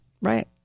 Right